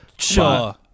Sure